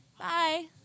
Bye